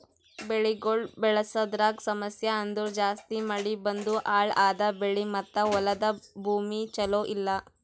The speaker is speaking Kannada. ಬೆಳಿಗೊಳ್ ಬೆಳಸದ್ರಾಗ್ ಸಮಸ್ಯ ಅಂದುರ್ ಜಾಸ್ತಿ ಮಳಿ ಬಂದು ಹಾಳ್ ಆದ ಬೆಳಿ ಮತ್ತ ಹೊಲದ ಭೂಮಿ ಚಲೋ ಇಲ್ಲಾ